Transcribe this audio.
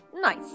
Nice